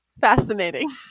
Fascinating